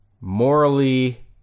morally